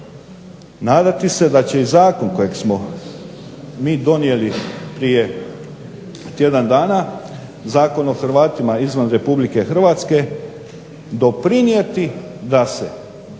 Nadati se da će i Zakon kojeg smo mi donijeli prije tjedan dana, zakon o Hrvatima izvan Republike Hrvatske doprinijeti da se